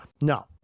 no